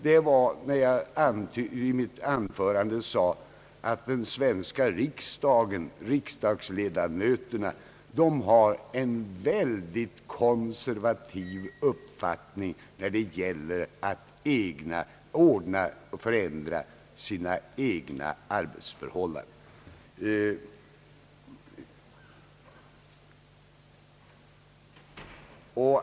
Det jag i mitt anförande sade var att den svenska riksdagens ledamöter har en mycket konservativ uppfattning när det gäller att ordna och förändra sina egna arbetsförhållanden, vilket herr Larssons anförande bär vittne om.